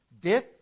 Death